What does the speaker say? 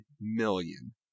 million